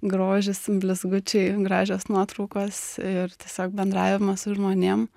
grožis blizgučiai gražios nuotraukos ir tiesiog bendravimas su žmonėm